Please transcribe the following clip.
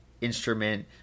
instrument